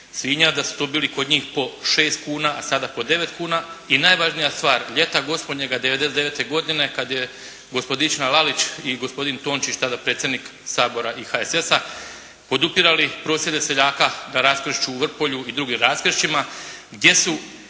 svinja da su to bili kod njih po šest kuna a sada po devet kuna. i najvažnija stvar ljeta gospodnjega 99. godine kad je gospodična Lalić i gospodin Tomčić tada predsjednik Sabora i HSS-a podupirali prosvjede seljaka na raskršću u Vrpolju i drugim raskršćima gdje su